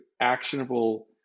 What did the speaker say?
actionable